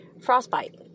frostbite